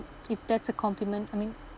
if that's a compliment I mean